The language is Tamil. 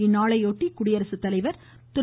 இந்நாளையொட்டி குடியரசுத்தலைவர் திரு